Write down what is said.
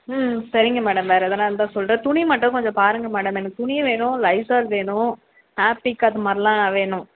ம் சரிங்க மேடம் வேறு ஏதனா இருந்தால் சொல்கிறேன் துணி மட்டும் கொஞ்சம் பாருங்கள் மேடம் எனக்கு துணியும் வேணும் லைசால் வேணும் ஹார்பிக் அது மாரிலாம் வேணும்